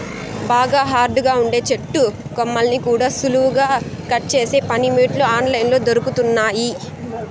బాగా హార్డ్ గా ఉండే చెట్టు కొమ్మల్ని కూడా సులువుగా కట్ చేసే పనిముట్లు ఆన్ లైన్ లో దొరుకుతున్నయ్యి